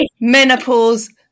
menopause